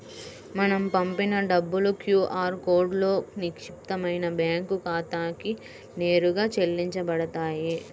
మనం పంపిన డబ్బులు క్యూ ఆర్ కోడ్లో నిక్షిప్తమైన బ్యేంకు ఖాతాకి నేరుగా చెల్లించబడతాయి